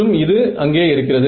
மற்றும் இது அங்கே இருக்கிறது